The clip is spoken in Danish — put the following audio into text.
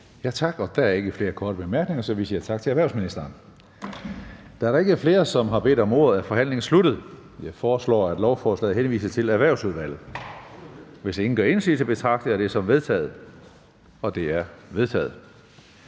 Tak. Der er ikke flere korte bemærkninger, så vi siger tak til erhvervsministeren. Da der ikke er flere, som har bedt om ordet, er forhandlingen sluttet. Jeg foreslår, at lovforslaget henvises til Erhvervsudvalget. Hvis ingen gør indsigelse, betragter jeg det som vedtaget. Det er vedtaget.